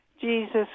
Jesus